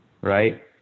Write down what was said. right